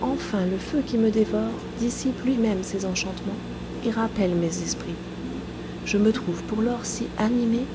enfin le feu qui me dévore dissipe lui-même ces enchantements et rappelle mes esprits je me trouve pour lors si animée